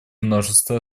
множество